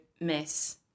miss